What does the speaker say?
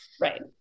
Right